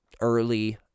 early